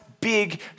big